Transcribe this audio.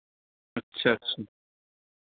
अच्छा अच्छा